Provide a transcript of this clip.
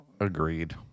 Agreed